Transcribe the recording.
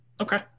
Okay